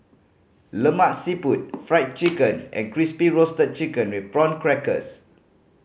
Lemak Siput Fried Chicken and Crispy Roasted Chicken with Prawn Crackers